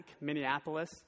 Minneapolis